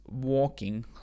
walking